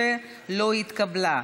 13 לא התקבלה.